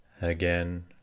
Again